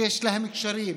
שיש להם קשרים,